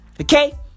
Okay